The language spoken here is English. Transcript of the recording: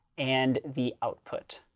and the output.